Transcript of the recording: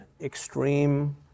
extreme